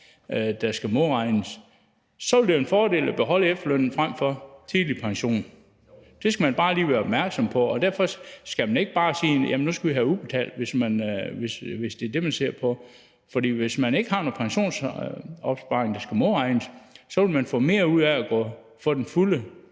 der skal modregnes, og så vil det være en fordel at beholde efterlønnen frem for tidlig pension. Det skal man bare lige være opmærksom på, og derfor skal man ikke bare sige: Jamen nu skal vi have den udbetalt, hvis det er det, man ser på. For hvis man ikke har nogen pensionsopsparing, der skal modregnes, ville man få mere ud af det, hvis man fik den